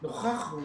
נוכחנו